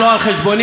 אבל אני אענה לך.